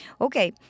Okay